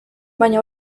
baina